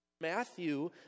Matthew